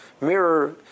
mirror